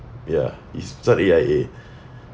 ya it's this [one] A_I_A